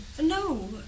No